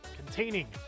containing